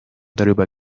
darüber